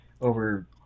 over